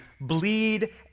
bleed